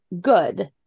good